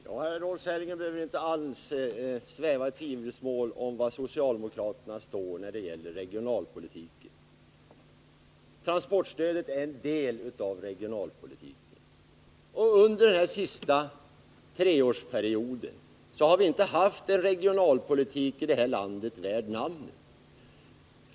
Herr talman! Jag vill till herr Sellgren säga att han inte alls behöver sväva i tvivelsmål om var socialdemokraterna står när det gäller regionalpolitiken. Transportstödet är en del av regionalpolitiken, och under den senaste treårsperioden har vi inte i vårt land haft en regionalpolitik värd namnet.